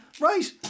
right